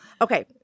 okay